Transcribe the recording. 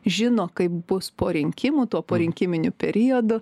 žino kaip bus po rinkimų tuo porinkiminiu periodu